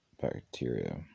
bacteria